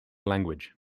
language